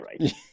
right